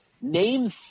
Name